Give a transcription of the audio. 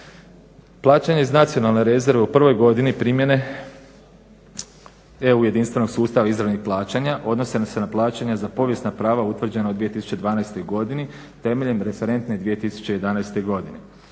Plaćanje iz nacionalne rezerve u prvoj godini primjene, EU jedinstvenog sustava izravnih plaćanja odnose se na plaćanja za povijesna prava utvrđena u 2012. godini temeljem referentne 2011. godine.